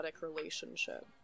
relationship